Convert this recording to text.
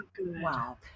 wow